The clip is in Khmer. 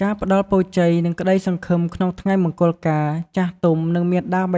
ការផ្តល់ពរជ័យ និងក្ដីសង្ឃឹម ក្នុងថ្ងៃមង្គលការ ចាស់ទុំ និងមាតាបិតានឹងផ្តល់ពរជ័យដល់កូនចៅរបស់ពួកគេ។